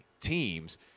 teams